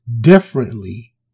differently